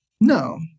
no